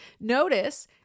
notice